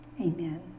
Amen